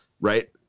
right